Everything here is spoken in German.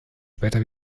später